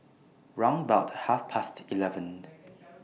round about Half Past eleven